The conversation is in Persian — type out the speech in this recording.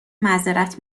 معذرت